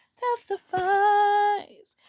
testifies